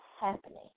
happening